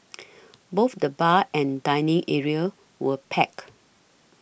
both the bar and dining areas were packed